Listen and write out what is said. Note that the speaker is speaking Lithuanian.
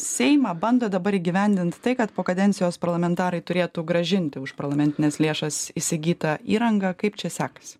seimą bandot dabar įgyvendint tai kad po kadencijos parlamentarai turėtų grąžinti už parlamentines lėšas įsigytą įrangą kaip čia sekasi